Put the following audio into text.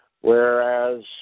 whereas